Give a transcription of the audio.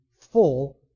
full